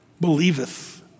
believeth